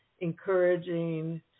encouraging